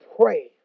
pray